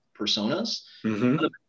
personas